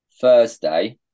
Thursday